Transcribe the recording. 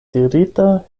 dirita